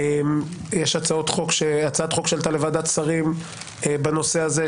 יש הצעת חוק שעלתה לוועדת שרים בנושא הזה,